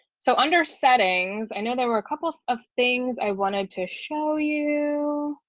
so under settings, i know there were a couple of things i wanted to show you.